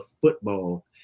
football